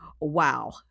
Wow